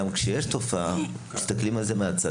גם כשיש תופעה מסתכלים על זה מהצד